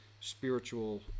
spiritual